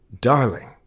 Darling